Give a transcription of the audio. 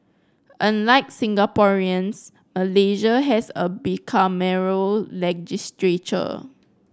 unlike Singaporeans Malaysia has a bicameral legislature